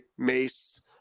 mace